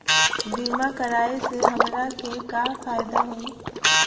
बीमा कराए से हमरा के का फायदा होई?